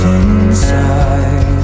inside